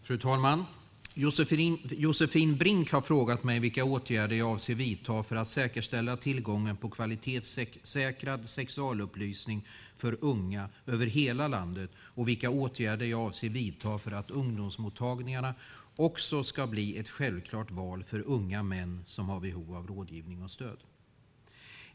Fru talman! Josefin Brink har frågat mig vilka åtgärder jag avser att vidta för att säkerställa tillgången på kvalitetssäkrad sexualupplysning för unga över hela landet och vilka åtgärder jag avser att vidta för att ungdomsmottagningarna också ska bli ett självklart val för unga män som har behov av rådgivning och stöd.